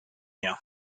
year